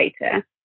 later